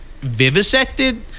vivisected